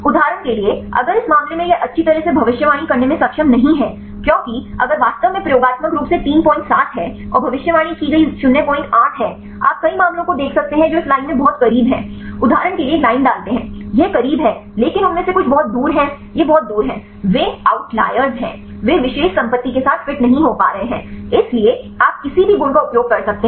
उदाहरण के लिए अगर इस मामले में यह अच्छी तरह से भविष्यवाणी करने में सक्षम नहीं है क्योंकि अगर वास्तव में प्रयोगात्मक रूप से 37 है और भविष्यवाणी की गई 08 है आप कई मामलों को देख सकते हैं जो इस लाइन में बहुत करीब हैं उदाहरण के लिए एक लाइन डालते हैं यह करीब है लेकिन उनमें से कुछ बहुत दूर हैं ये बहुत दूर हैं वे आउटलेर हैं वे विशेष संपत्ति के साथ फिट नहीं हो पा रहे हैं इसलिए आप किसी भी गुण का उपयोग कर सकते हैं